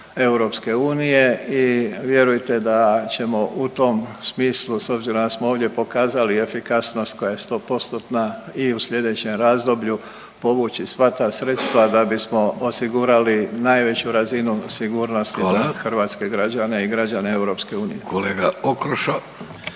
granica EU i vjerujte da ćemo u tom smislu s obzirom da smo ovdje pokazali efikasnost koja je 100%-tna i u slijedećem razdoblju povući sva ta sredstva da bismo osigurali najveću razinu sigurnosti za …/Upadica: Hvala./… za hrvatske građane i